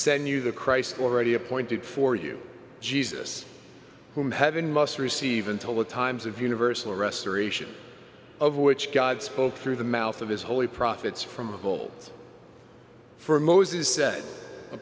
send you the christ already appointed for you jesus whom heaven must receive until the times of universal restoration of which god spoke through the mouth of his holy profits from hold for